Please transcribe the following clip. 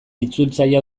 itzultzaile